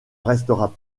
resteras